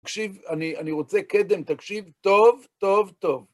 תקשיב, אני רוצה קדם, תקשיב טוב, טוב, טוב.